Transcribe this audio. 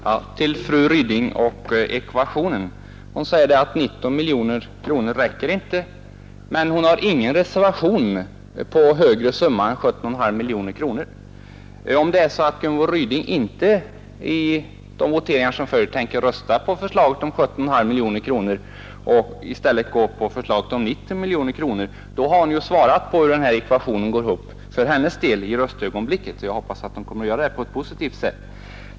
Herr talman! Hur går den ekvationen ihop? frågade fru Ryding. Fru Ryding sade ju själv att 19 miljoner kronor inte räcker, men hon har ingen reservation på något högre belopp än 17,5 miljoner kronor. Men om det är så att fru Gunvor Ryding i den kommande voteringen inte tänker rösta på förslaget om 17,5 miljoner kronor utan i stället gå på förslaget om 19 miljoner, så har hon ju svarat på hur ekvationen i röstögonblicket går ihop för hennes del, och jag hoppas naturligtvis att fru Ryding kommer att rösta på ett positivt sätt.